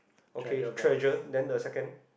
okay treasure then the second